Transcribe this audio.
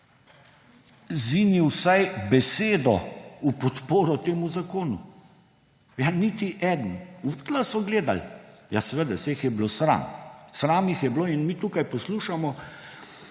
zinil vsaj besedo v podporo temu zakonu. Niti eden. V tla so gledali! Ja seveda, saj jih je bilo sram. Sram jih je bilo in mi tukaj poslušamo,